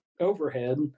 overhead